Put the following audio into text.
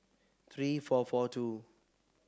three four four two